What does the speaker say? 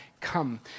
come